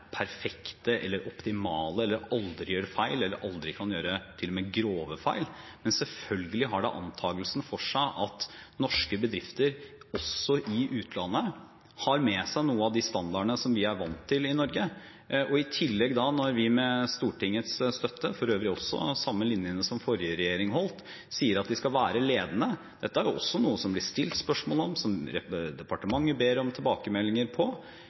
perfekte eller optimale eller aldri gjør feil eller aldri kan gjøre til og med grove feil. Men selvfølgelig har det antakelsen for seg at norske bedrifter også i utlandet har med seg noen av de standardene som vi er vant til i Norge. Når vi i tillegg, med Stortingets støtte – for øvrig etter den samme linjen som forrige regjering holdt – sier at de skal være ledende, så har det antakelsen for seg at dette er noe norske bedrifter er opptatt av. Dette er også noe som det blir stilt spørsmål